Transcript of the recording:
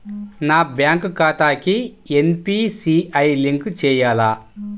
నా బ్యాంక్ ఖాతాకి NPCI link చేయాలా?